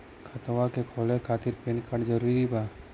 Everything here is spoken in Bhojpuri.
खतवा के खोले खातिर पेन कार्ड जरूरी बा?